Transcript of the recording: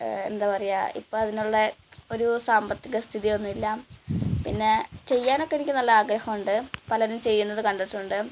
എന്താണ് പറയുക ഇപ്പം അതിനുള്ള ഒരു സാമ്പത്തിക സ്ഥിതിയൊന്നുമില്ല പിന്നെ ചെയ്യാനൊക്കെ എനിക്ക് നല്ല ആഗ്രഹമുണ്ട് പലരും ചെയ്യുന്നത് കണ്ടിട്ടുണ്ട്